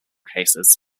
cases